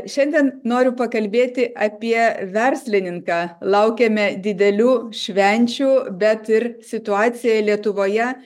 šiandien noriu pakalbėti apie verslininką laukiame didelių švenčių bet ir situacija lietuvoje